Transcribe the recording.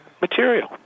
material